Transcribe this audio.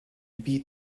beat